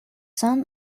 son